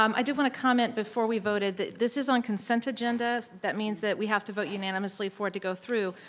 um i did wanna comment before we voted that this is on a consent agenda, that means that we have to vote unanimously for it to go through.